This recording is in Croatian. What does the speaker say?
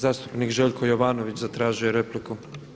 Zastupnik Željko Jovanović zatražio je repliku.